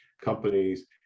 companies